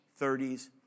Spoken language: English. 30s